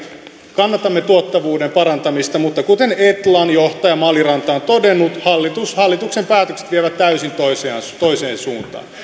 kannatamme tuottavuuden parantamista mutta kuten etlan johtaja maliranta on todennut hallituksen päätökset vievät täysin toiseen toiseen suuntaan